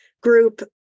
group